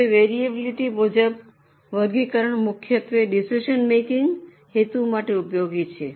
હવે વરીઅબીલીટી મુજબ વર્ગીકરણ મુખ્યત્વે ડિસિઝન મેકિંગ હેતુ માટે ઉપયોગી છે